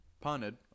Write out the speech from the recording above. Punted